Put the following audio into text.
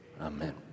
Amen